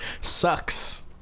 Sucks